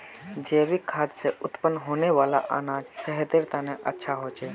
जैविक खाद से उत्पन्न होने वाला अनाज सेहतेर तने अच्छा होछे